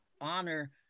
honor